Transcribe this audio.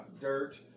Dirt